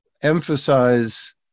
emphasize